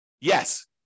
Yes